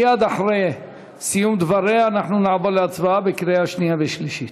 מייד לאחר סיום דבריה נעבור להצבעה בקריאה שנייה ושלישית.